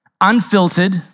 unfiltered